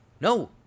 no